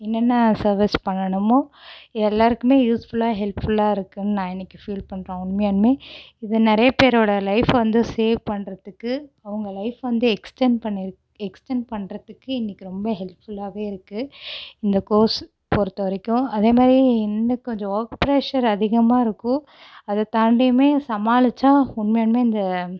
என்னென்ன சர்வீஸ் பண்ணணுமோ எல்லோருக்குமே யூஸ்ஃபுல்லாக ஹெல்ப்ஃபுல்லாக இருக்குதுன்னு நான் இன்றைக்கி ஃபீல் பண்ணுறேன் உண்மையாலுமே இது நிறையா பேரோடய லைஃபை வந்து சேவ் பண்ணுறதுக்கு அவங்க லைஃப் வந்து எக்ஸ்டண்ட் பண்ணி எக்ஸ்டண்ட் பண்ணுறதுக்கு இன்றைக்கி ரொம்ப ஹெல்ப்ஃபுல்லாகவே இருக்குது இந்த கோர்ஸு பொறுத்த வரைக்கும் அதே மாதிரி என்ன கொஞ்சம் ஒர்க் பிரஷர் அதிகமாக இருக்கும் அதை தாண்டியும் சமாளித்தா உண்மையாலுமே இந்த